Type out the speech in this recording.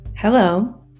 Hello